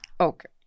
Okay